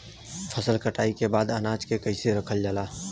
फसल कटाई के बाद अनाज के कईसे रखल जाला?